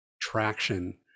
traction